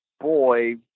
boy